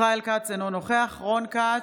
ישראל כץ, אינו נוכח רון כץ,